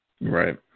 Right